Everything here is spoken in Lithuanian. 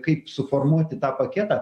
kaip suformuoti tą paketą